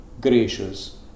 gracious